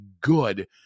good